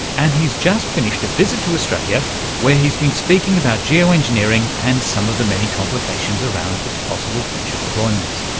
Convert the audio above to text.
and he's just finished a visit to australia where he's been speaking about geo-engineering and some of the many complications around its possible future deployment.